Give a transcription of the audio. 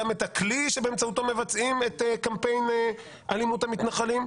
גם את הכלי שבאמצעותו מבצעים את קמפיין אלימות המתנחלים.